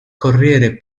corriere